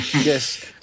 Yes